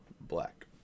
Black